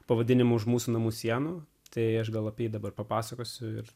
pavadinimu už mūsų namų sienų tai aš gal apie dabar papasakosiu ir